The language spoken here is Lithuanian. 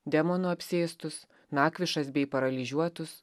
demonų apsėstus nakvišas bei paralyžiuotus